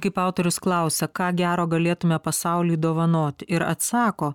kaip autorius klausia ką gero galėtume pasauliui dovanoti ir atsako